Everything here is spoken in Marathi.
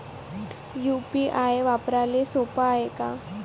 यू.पी.आय वापराले सोप हाय का?